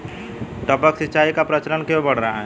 टपक सिंचाई का प्रचलन क्यों बढ़ रहा है?